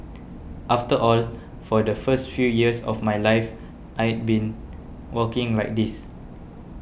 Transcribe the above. after all for the first few years of my life I'd been walking like this